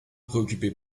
préoccupez